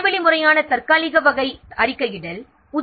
வாய்வழி முறையானது தற்காலிக வகை அறிக்கையிடலாகும்